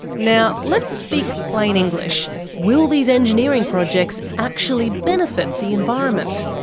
now, let's speak plain english will these engineering projects actually benefit the environment?